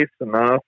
enough